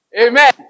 Amen